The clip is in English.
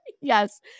Yes